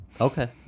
okay